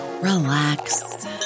relax